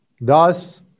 Thus